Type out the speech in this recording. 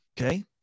okay